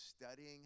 studying